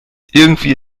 irgendwie